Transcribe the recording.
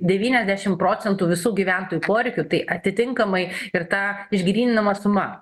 devyniasdešim procentų visų gyventojų poreikių tai atitinkamai ir ta išgryninama suma